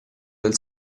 del